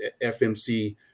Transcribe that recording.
FMC